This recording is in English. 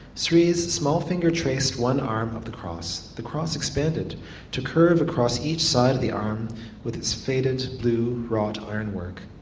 sri's small finger traced one arm of the cross. the cross expanded to curve across each side of the arm with its faded blue wrought ironwork.